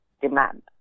demand